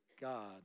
God